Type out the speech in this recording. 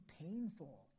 painful